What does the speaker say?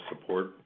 support